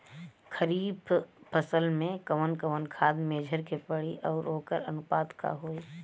खरीफ फसल में कवन कवन खाद्य मेझर के पड़ी अउर वोकर अनुपात का होई?